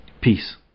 Peace